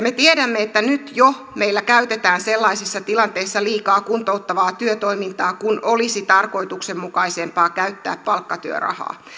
me tiedämme että nyt jo meillä käytetään sellaisissa tilanteissa liikaa kuntouttavaa työtoimintaa kun olisi tarkoituksenmukaisempaa käyttää palkkatyörahaa